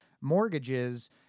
mortgages